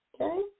okay